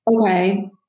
okay